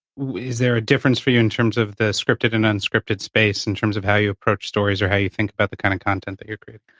is there a difference for you in terms of the scripted and unscripted space in terms of how you approach stories or how you think about the kinda kind of content that you're creating?